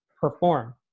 perform